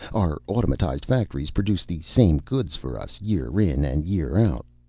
our automatized factories produce the same goods for us year in and year out.